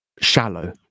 shallow